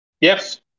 Yes